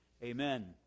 Amen